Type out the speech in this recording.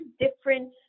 different